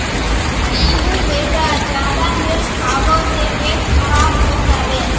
पीहू बेटा ज्यादा मिर्च खाबो ते पेट खराब हों जाबे